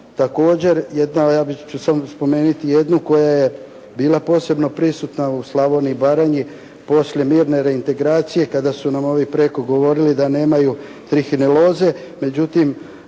također, ja ću samo spomenuti jednu koja je bila posebno prisutna u Slavoniji i Baranji poslije mirne reintegracije kada su nam ovi preko govorili da nemaju trihineloze, međutim